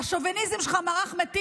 והשוביניזם שלך, מר אחמד טיבי,